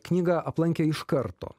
knygą aplankė iš karto